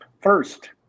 first